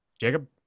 jacob